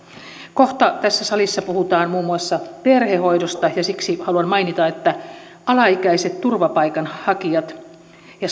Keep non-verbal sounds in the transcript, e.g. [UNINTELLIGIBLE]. kohta tässä salissa puhutaan muun muassa perhehoidosta ja siksi haluan mainita että alaikäiset turvapaikanhakijat ja [UNINTELLIGIBLE]